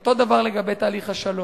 אותו הדבר לגבי תהליך השלום.